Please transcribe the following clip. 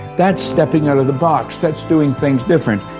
that's stepping out of the box. that's doing things different,